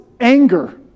anger